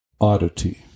oddity